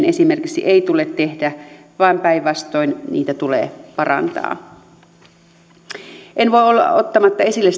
esimerkiksi hoitajamitoitukseen ei tule tehdä vaan päinvastoin sitä tulee parantaa en voi olla ottamatta esille